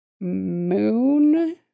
Moon